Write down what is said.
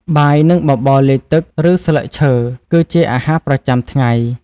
បាយ និងបបរលាយទឹក ឬស្លឹកឈើគឺជាអាហារប្រចាំថ្ងៃ។